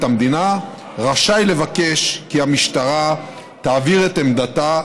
המדינה רשאי לבקש כי המשטרה תעביר את עמדתה,